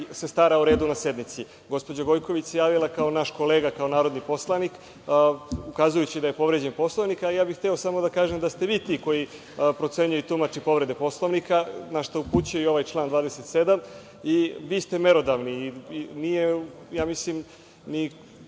se stara o redu na sednici. Gospođa Gojković se javila kao naš kolega, kao narodni poslanik, ukazujući da je povređen Poslovnik, a ja bih hteo samo da kažem da ste vi ti koji procenjujete, tumačite povrede Poslovnika, a na šta upućuje ovaj član 27. Vi ste merodavni. Nije logično